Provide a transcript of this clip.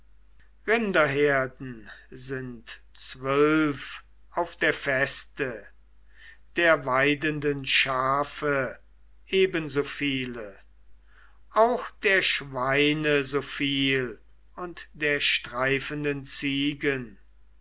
rinderherden sind zwölf auf der feste der weidenden schafe ebenso viel auch der schweine so viel und der streifenden ziegen